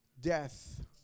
death